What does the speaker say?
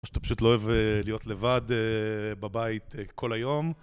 או שאתה פשוט לא אוהב להיות לבד בבית כל היום.